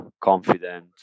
confident